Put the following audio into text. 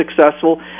successful